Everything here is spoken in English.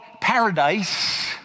paradise